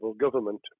government